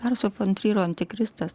larso fon tryro antikristas